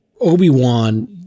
Obi-Wan